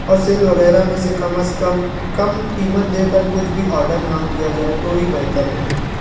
اور سیل وغیرہ میں سے کم از کم کم قیمت دے کر کچھ بھی آڈر نہ کیا جائے تو ہی بہتر ہے